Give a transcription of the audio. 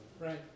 right